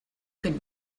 could